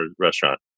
restaurant